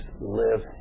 live